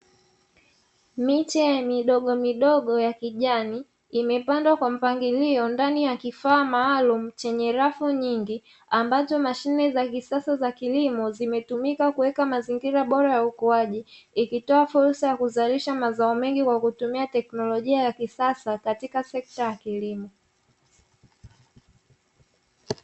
Miche midogomidogo ya kijani imepandwa kwa mpangilio ndani ya kifaa maalumu, chenye rafu nyingi ambazo mashine za kisasa za kilimo zimetumika kuweka mazingira bora ya ukuaji, ikitoa fursa ya kuzalisha mazao mengi kwa kutumia teknolojia ya kisasa katika sekta ya kilimo.